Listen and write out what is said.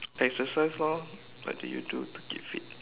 exercise lor what do you do to keep fit